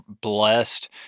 blessed